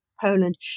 Poland